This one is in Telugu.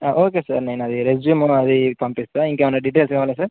ఓకే సార్ నేను అది రెజ్యూమ్ అది పంపిస్తాంకేమన్నా ీటెయిల్స్వాల సార్